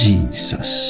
Jesus